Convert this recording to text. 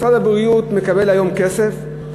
משרד הבריאות מקבל היום כסף,